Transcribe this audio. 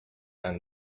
and